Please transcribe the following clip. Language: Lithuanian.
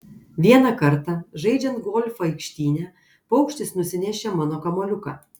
vieną kartą žaidžiant golfą aikštyne paukštis nusinešė mano kamuoliuką